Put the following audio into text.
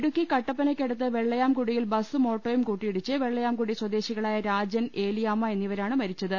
ഇടുക്കി കട്ടപ്പനയ്ക്കടുത്ത് വെള്ളയാംകൂടിയിൽ ബസും ഓട്ടോയും കൂട്ടിയിടിച്ച് വെള്ളയാംകുടി സ്വദേശികളായ രാജൻ ഏലിയാമ്മ എന്നിവരാണ് മരിച്ചത്